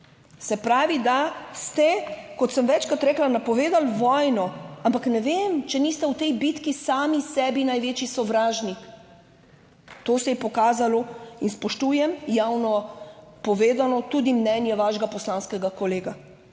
Se pravi, da ste, kot sem večkrat rekla, napovedali vojno, ampak ne vem, če niste v tej bitki sami sebi največji sovražnik. To se je pokazalo in spoštujem, javno povedano, tudi mnenje vašega poslanskega kolega.